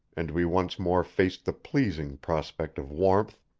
and we once more faced the pleasing prospect of warmth,